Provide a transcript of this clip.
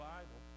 Bible